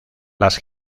las